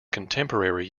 contemporary